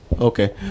Okay